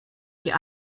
die